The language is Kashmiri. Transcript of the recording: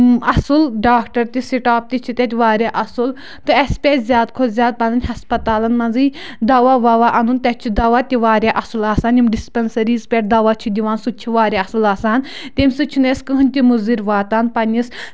اَصٕل ڈاکٹر تہِ سٹاف تہِ چھِ تَتہِ واریاہ اَصٕل تہٕ اَسہِ پَزِ زیادٕ کھۄتہٕ زیادٕ پَنٕنۍ ہَسپَتالَن منٛزٕے دَوا وَوا اَنُن تَتہِ چھُ دَوا تہِ واریاہ اَصٕل آسان یِم ڈِسپَنسٔریٖز پٮ۪ٹھ دَوا چھِ دِوان سُہ تہِ چھُ واریاہ اَصٕل آسان تمہِ سۭتۍ چھِنہٕ أسۍ کٕہٕٖیٖنۍ تہِ مُضِر واتان پَنٕنِس